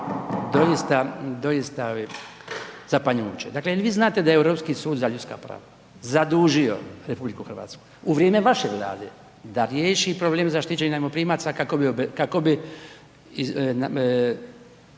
doista zapanjujuće. Dakle jel vi znate da je Europski sud za ljudska prava zadužio RH u vrijeme vaše vlade da riješi problem zaštićenih najmoprimaca kako bi,